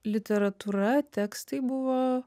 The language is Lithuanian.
literatūra tekstai buvo